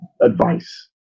advice